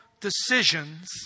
decisions